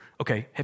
okay